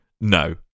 No